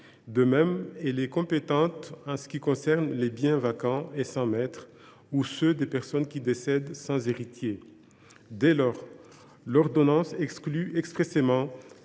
de même, elle est compétente en ce qui concerne les biens vacants et sans maître ou ceux des personnes qui décèdent sans héritier. Dès lors, l’ordonnance exclut expressément